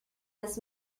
this